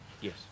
Yes